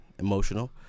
Emotional